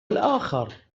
الآخر